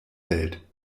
welt